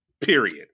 Period